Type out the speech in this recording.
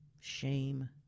shame